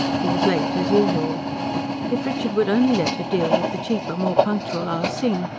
he was late as usual if richard would only let her deal with the cheaper, more punctual ah sing,